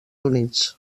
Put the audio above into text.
units